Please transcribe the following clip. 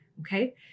okay